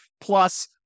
plus